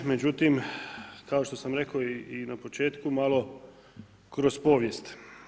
Međutim, kao što sam rekao i na početku malo kroz povijest.